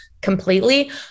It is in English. completely